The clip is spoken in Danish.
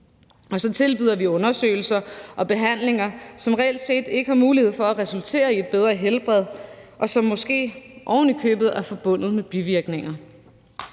Og så tilbyder vi undersøgelser og behandlinger, som reelt set ikke giver mulighed for at resultere i et bedre helbred, og som måske ovenikøbet er forbundet med bivirkninger.